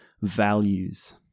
values